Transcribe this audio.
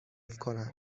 کنم